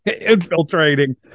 infiltrating